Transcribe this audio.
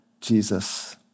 Jesus